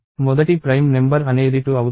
మొదటి prime number అనేది 2 అవుతుంది